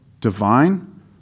divine